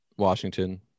Washington